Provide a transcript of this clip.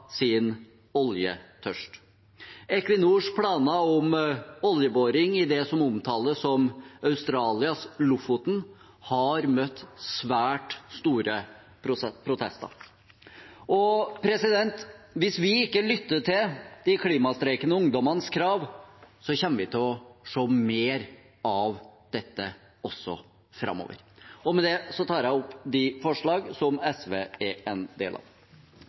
planer om oljeboring i det som omtales som Australias Lofoten, har møtt svært store protester. Hvis vi ikke lytter til de klimastreikende ungdommenes krav, kommer vi til å se mer av dette også framover. Med det tar jeg opp det forslaget som SV